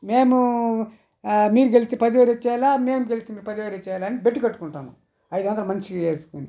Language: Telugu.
మేము మీరు గెలిస్తే పది వేలు ఇచ్చేయాల మేము గెలిస్తే మీరు పదివేలు ఇచ్చే అని బెట్టు కట్టుకుంటాము అయిదొందలు మనిషికి వేసుకొని